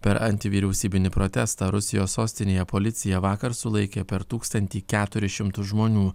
per antivyriausybinį protestą rusijos sostinėje policija vakar sulaikė per tūkstantį keturis šimtus žmonių